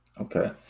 okay